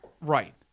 right